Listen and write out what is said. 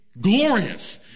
glorious